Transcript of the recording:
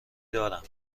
دارم